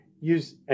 use